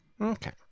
Okay